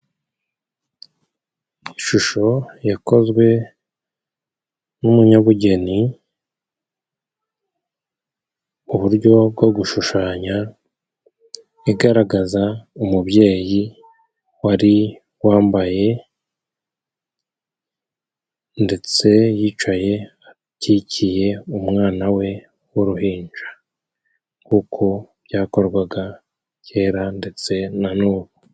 Ishusho yakozwe n'umunyabugeni, uburyo bwo gushushanya. Igaragaza umubyeyi wari wambaye ndetse yicaye, akikiye umwana we w'uruhinja. Uko byakorwaga kera ndetse na n'ubu.